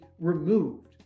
removed